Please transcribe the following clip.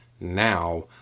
now